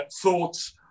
thoughts